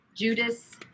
Judas